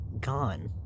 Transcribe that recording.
gone